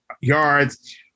yards